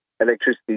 electricity